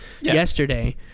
yesterday